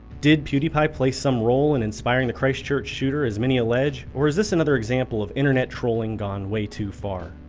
did pewdiepie play some role in inspiring the christchurch shooter as many allege or is this another example of internet trolling gone way too far?